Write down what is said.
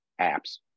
apps